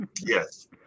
Yes